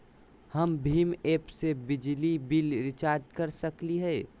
हम भीम ऐप से बिजली बिल रिचार्ज कर सकली हई?